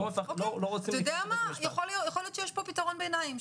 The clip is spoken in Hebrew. רוצים --- יכול להיות שיש פה פתרון ביניים,